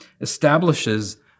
establishes